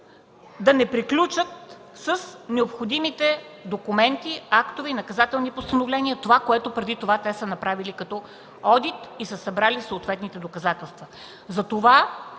да не приключат с необходимите документи, актове и наказателни постановления – това, което преди това са направили като одит и са събрали съответните доказателства.